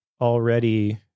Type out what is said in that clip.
already